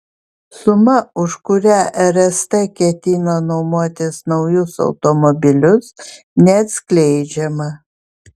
suma už kurią rst ketina nuomotis naujus automobilius neatskleidžiama